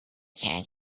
can